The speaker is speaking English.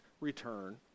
return